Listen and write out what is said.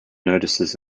notices